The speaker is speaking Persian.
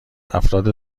افراد